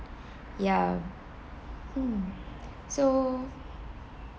ya mm so